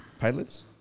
Pilots